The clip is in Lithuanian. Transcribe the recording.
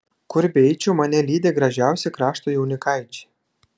kur beeičiau mane lydi gražiausi krašto jaunikaičiai